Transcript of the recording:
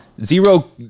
Zero